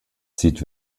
zieht